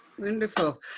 Wonderful